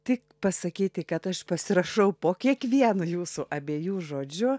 tik pasakyti kad aš pasirašau po kiekvieno jūsų abiejų žodžiu